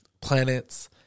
Planets